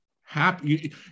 happy